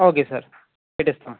okay sir పెట్టేస్తున్నా